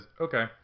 okay